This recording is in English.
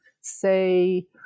say